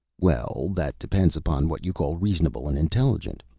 well, that depends upon what you call reasonable and intelligent.